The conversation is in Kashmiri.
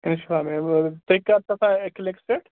اچھا تُہۍ کَر چھُو آسان کٕلِنِکَس پیٚٹھ